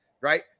Right